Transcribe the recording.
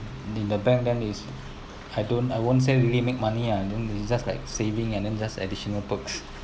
the bank then is I don't I won't say really make money ah I don't it's just like saving and then just additional perks